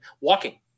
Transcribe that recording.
walking